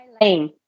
lane